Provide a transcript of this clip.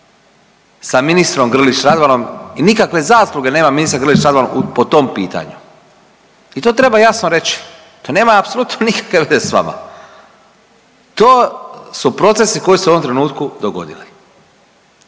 sa ministrom Grlić Radmanom i nikakve zasluge nema ministar Grlić Radman po tom pitanju i to treba jasno reći, to nema apsolutno nikakve veze s vama. To su procesi koji se u ovom trenutku dogodili.